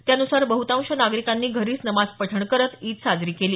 त्यानुसार बहुतांश नागरिकांनी घरीच नमाज पठण करत ईद साजरी केली